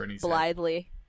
blithely